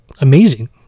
amazing